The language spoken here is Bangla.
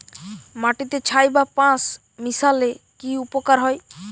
মাটিতে ছাই বা পাঁশ মিশালে কি উপকার হয়?